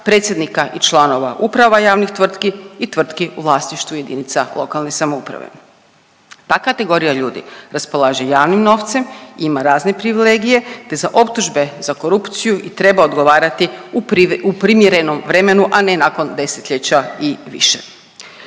predsjednika i članova uprava javnih tvrtki i tvrtki u vlasništvu jedinica lokalne samouprave. Ta kategorija ljudi raspolaže javnim novcem, ima razne privilegije te za optužbe za korupciju i treba odgovarati u primjerenom vremenu, a ne nakon desetljeća i više.